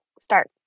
start